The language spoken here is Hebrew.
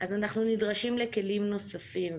אז אנחנו נדרשים לכלים נוספים.